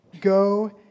go